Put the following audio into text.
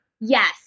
Yes